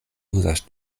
uzas